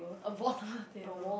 a portable table